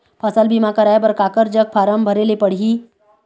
फसल बीमा कराए बर काकर जग फारम भरेले पड़ही?